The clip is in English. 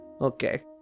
Okay